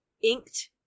inked